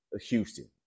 Houston